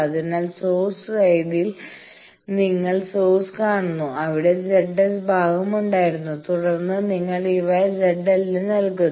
അതിനാൽ സോഴ്സ് സൈഡിൽ നിങ്ങൾ സോഴ്സ് കാണുന്നു അവിടെ ZS ഭാഗം ഉണ്ടായിരുന്നു തുടർന്ന് നിങ്ങൾ ഇവ ZL ന് നൽകുന്നു